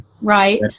right